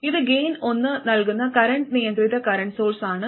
ഇത് ഗൈൻ ഒന്ന് നൽകുന്ന കറന്റ് നിയന്ത്രിത കറന്റ് സോഴ്സ് ആണ്